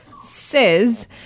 Says